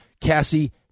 Cassie